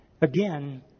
again